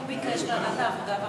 הוא ביקש להעביר לעבודה והרווחה.